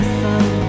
sun